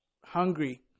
hungry